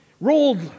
rolled